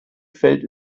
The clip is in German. fällt